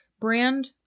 brand